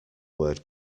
word